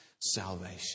salvation